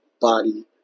Body